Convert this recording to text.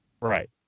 Right